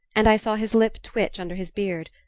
and i saw his lip twitch under his beard.